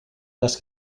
las